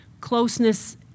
closeness